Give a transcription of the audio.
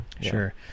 Sure